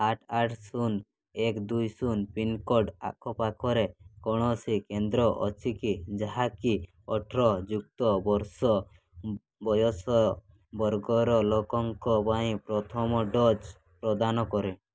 ଆଠ ଆଠ ଶୂନ ଏକ ଦୁଇ ଶୂନ ପିନ୍କୋଡ଼୍ ଆଖପାଖରେ କୌଣସି କେନ୍ଦ୍ର ଅଛି କି ଯାହାକି ଅଠର ଯୁକ୍ତ ବର୍ଷ ବୟସ ବର୍ଗର ଲୋକଙ୍କ ପାଇଁ ପ୍ରଥମ ଡୋଜ୍ ପ୍ରଦାନ କରେ